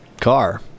car